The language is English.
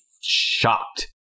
shocked